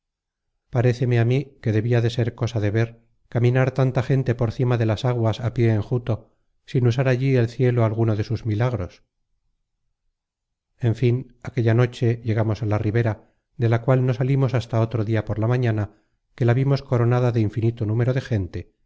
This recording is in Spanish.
paréceme á mí que debia de ser cosa de ver caminar tanta gente por cima de las aguas á pié enjuto sin usar allí el cielo alguno de sus milagros en fin aquella noche llegamos a la ribera de la cual no salimos hasta otro dia por la mañana que la vimos coronada de infinito número de gente